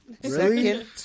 second